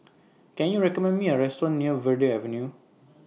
Can YOU recommend Me A Restaurant near Verde Avenue